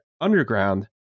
underground